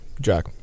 Jack